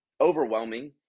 overwhelming